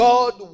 God